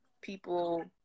people